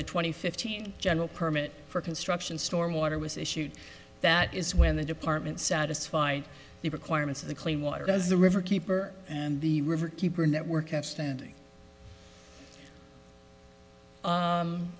the twenty fifteen general permit for construction stormwater was issued that is when the department satisfy the requirements of the clean water does the river keeper and the river keeper network of standing